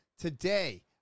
today